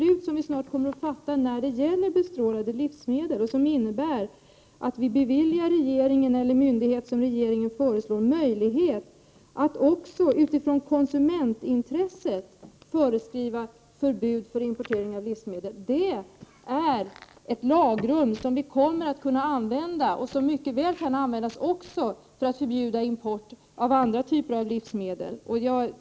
Vi kommer sannolikt att fatta ett beslut när det gäller bestrålade livsmedel som innebär att vi beviljar regeringen, eller myndighet som regeringen föreslår, möjlighet att även utifrån konsumentintresset föreskriva förbud för import av livsmedel. Det är ett lagrum som vi kommer att kunna använda och som mycket väl kan användas också för att förbjuda import av andra typer av livsmedel.